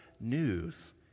news